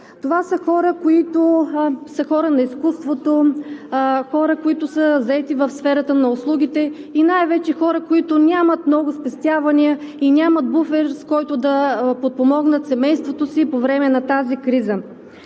Това са хора на изкуството, хора, които са заети в сферата на услугите, и най-вече хора, които нямат много спестявания, и нямат буфер, с който да подпомогнат семейството си по време на тази криза.